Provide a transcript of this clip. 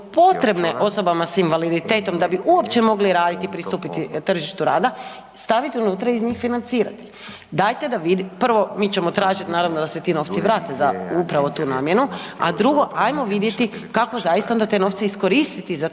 potrebne osobama s invaliditetom da bi uopće mogli raditi i pristupiti tržištu rada, staviti unutra i iz njih financirati. Dajte da… Prvo, mi ćemo tražiti naravno da se ti novci vrate za upravo tu namjenu, a drugo, ajmo vidjeti kako zaista onda te nove iskoristiti za